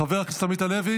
חבר הכנסת נאור שירי?